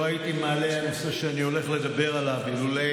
לא הייתי מעלה את הנושא שאני הולך לדבר עליו אילולא